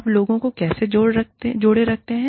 आप लोगों को कैसे जोड़े रखते हैं